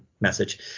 message